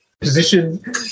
position